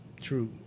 true